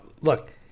look